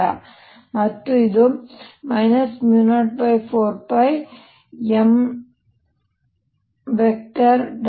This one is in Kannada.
ಮತ್ತು ಇದು 04πm